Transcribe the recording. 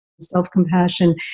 Self-compassion